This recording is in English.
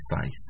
faith